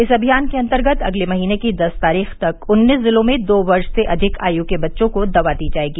इस अभियान के अंतर्गत अगले महीने की दस तारीख तक उन्नीस जिलों में दो वर्ष से अधिक आय के बच्चों को दवा दी जाएगी